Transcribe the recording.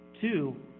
Two